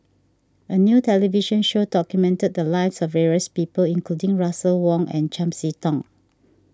a new television show documented the lives of various people including Russel Wong and Chiam See Tong